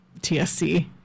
TSC